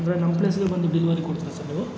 ಅಂದರೆ ನಮ್ಮ ಪ್ಲೇಸ್ಗೆ ಬಂದು ಡೆಲಿವರಿ ಕೊಡ್ತೀರಾ ಸರ್ ನೀವು